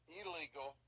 illegal